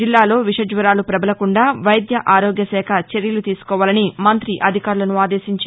జిల్లాలో విష జ్వరాలు పబలకుండా వైద్య ఆరోగ్య శాఖ చర్యలు తీసుకోవాలని మంగ్రతి అధికారులను ఆదేశించారు